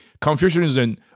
Confucianism